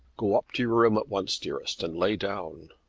go up to your room at once, dearest, and lay down.